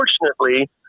Unfortunately